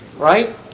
Right